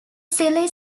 silly